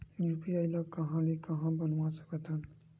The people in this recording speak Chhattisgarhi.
यू.पी.आई ल कहां ले कहां ले बनवा सकत हन?